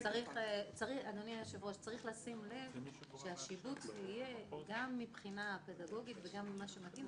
צריך לשים לב שהשיבוץ יהיה גם מבחינה פדגוגית וגם מה שמתאים,